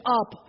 up